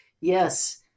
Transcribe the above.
Yes